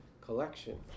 Collection